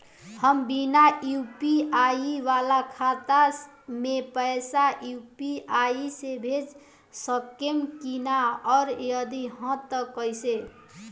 हम बिना यू.पी.आई वाला खाता मे पैसा यू.पी.आई से भेज सकेम की ना और जदि हाँ त कईसे?